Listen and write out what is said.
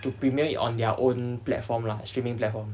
to premiere it on their own platform lah streaming platform